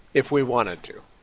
if we wanted to.